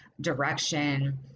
direction